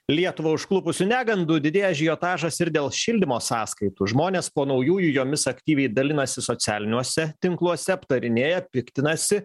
lietuvą užklupusių negandų didėja ažiotažas ir dėl šildymo sąskaitų žmonės po naujųjų jomis aktyviai dalinasi socialiniuose tinkluose aptarinėja piktinasi